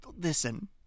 listen